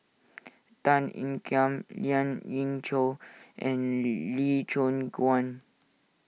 Tan Ean Kiam Lien Ying Chow and Lee Choon Guan